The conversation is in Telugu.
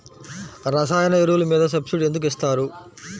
రసాయన ఎరువులు మీద సబ్సిడీ ఎందుకు ఇస్తారు?